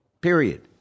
period